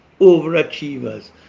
overachievers